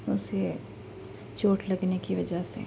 اسے چوٹ لگنے کی وجہ سے